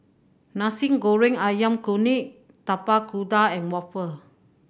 Nasi Goreng Ayam Kunyit Tapak Kuda and waffle